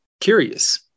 curious